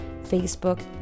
Facebook